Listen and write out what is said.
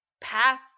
path